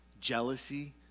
Jealousy